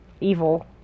Evil